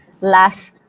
last